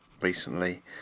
recently